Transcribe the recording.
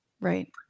Right